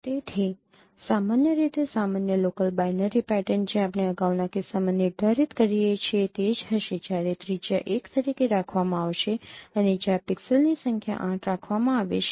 તેથી સામાન્ય રીતે સામાન્ય લોકલ બાઇનરી પેટર્ન જે આપણે અગાઉના કિસ્સામાં નિર્ધારિત કરીએ છીએ તે જ હશે જ્યારે ત્રિજ્યા ૧ તરીકે રાખવામાં આવશે અને જ્યાં પિક્સેલની સંખ્યા ૮ રાખવામાં આવે છે